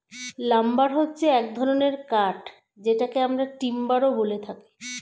lumber হচ্ছে এক ধরনের কাঠ যেটাকে আমরা টিম্বারও বলে থাকি